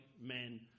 men